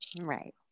Right